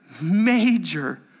major